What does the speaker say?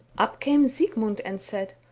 up came sigmund and said,